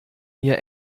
mir